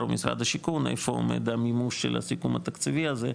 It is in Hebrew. ומשרד השיכון איפה עומד המימוש של הסיכום התקציבי הזה,